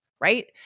right